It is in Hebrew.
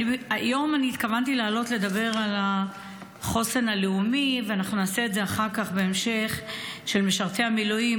היום אני התכוונתי לעלות לדבר על החוסן הלאומי של משרתי המילואים,